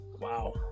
wow